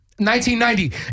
1990